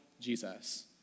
Jesus